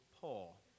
Paul